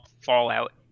Fallout